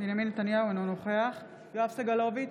אינו נוכח יואב סגלוביץ'